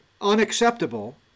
unacceptable